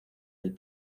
del